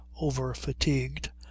over-fatigued